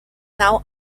now